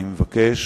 אשר נפתח